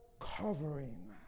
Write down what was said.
Covering